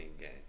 game